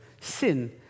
sin